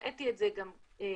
הראיתי את זה גם קודם,